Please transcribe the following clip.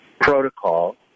protocol